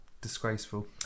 Disgraceful